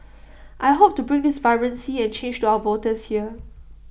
I hope to bring this vibrancy and change to our voters here